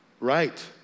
Right